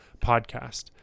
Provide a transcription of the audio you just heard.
podcast